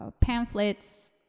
pamphlets